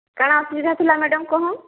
କାଣା ଅସୁବିଧା ଥିଲା ମ୍ୟାଡ଼ମ କହନ